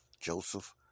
Joseph